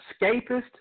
escapist